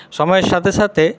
সময়ের সাথে সাথে